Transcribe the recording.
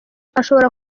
ashobora